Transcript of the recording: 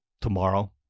tomorrow